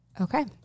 Okay